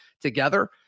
together